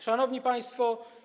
Szanowni Państwo!